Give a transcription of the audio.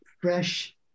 fresh